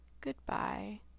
goodbye